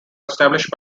established